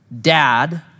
Dad